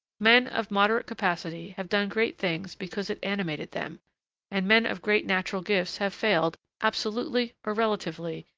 men of moderate capacity have done great things because it animated them and men of great natural gifts have failed, absolutely or relatively,